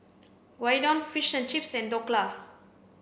Gyudon Fish and Chips and Dhokla